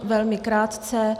Velmi krátce.